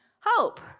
hope